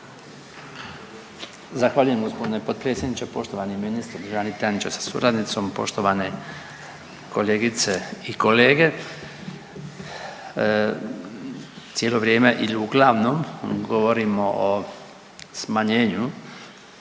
Zahvaljujem g. potpredsjedniče, poštovani ministre, državni tajniče sa suradnicom, poštovane kolegice i kolege. Cijelo vrijeme ili uglavnom govorimo o smanjenju